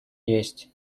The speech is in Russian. есть